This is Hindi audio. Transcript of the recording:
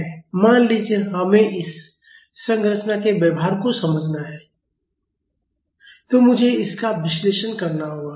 मान लीजिए हमें इस संरचना के व्यवहार को समझना है तो मुझे इसका विश्लेषण करना होगा